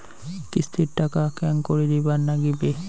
কিস্তির টাকা কেঙ্গকরি দিবার নাগীবে?